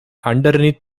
underneath